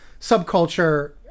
subculture